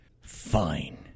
Fine